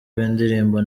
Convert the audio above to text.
w’indirimbo